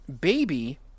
baby